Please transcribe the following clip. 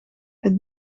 het